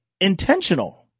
intentional